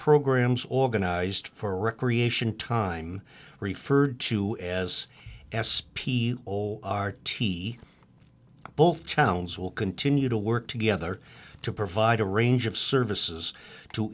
programs organized for recreation time referred to as s p r t both towns will continue to work together to provide a range of services to